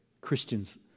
Christians